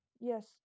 Yes